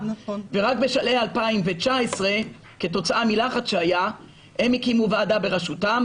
ורק בשלהי 2019 כתוצאה מלחץ שהיה הם הקימו ועדה בראשותם.